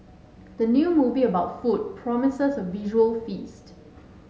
the new movie about food promises a visual feast